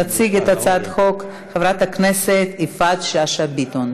תציג את הצעת החוק חברת הכנסת יפעת שאשא ביטון.